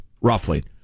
roughly